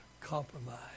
compromise